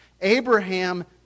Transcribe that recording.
Abraham